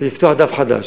ולפתוח דף חדש.